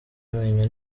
amenyo